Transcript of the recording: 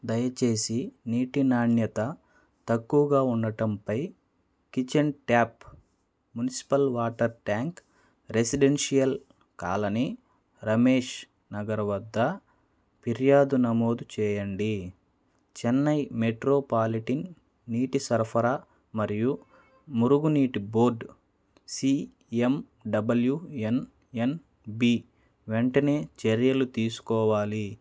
దయచేసి నీటి నాణ్యత తక్కువగా ఉండటంపై kitchen tap municipal water tank residential colony Ramesh Nagar వద్ద ఫిర్యాదు నమోదు చేయండి చెన్నై మెట్రోపాలిటిన్ నీటి సరఫరా మరియు మురుగునీటి బోర్డ్ సీఎండబ్యూఎన్ఎన్బీ వెంటనే చర్యలు తీసుకోవాలి